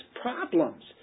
problems